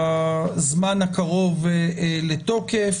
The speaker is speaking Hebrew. בזמן הקרוב לתוקף,